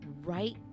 right